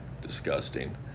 disgusting